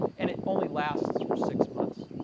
and it only lasts for six months.